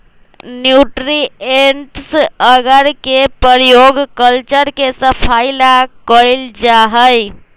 nutrients अगर के प्रयोग कल्चर के सफाई ला कइल जाहई